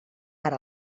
per